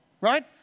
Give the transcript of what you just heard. right